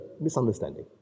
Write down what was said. misunderstanding